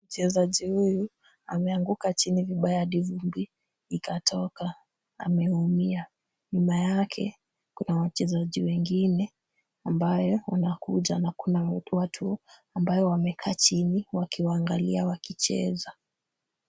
Mchezaji huyu ameanguka chini vibaya hadi vumbi ikatoka. Ameumia. Nyuma yake kuna wachezaji wengine ambayo wanakuja na kuna watu ambayo wamekaa chini wakiwaangalia wakicheza.